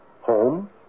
Home